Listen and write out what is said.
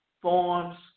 forms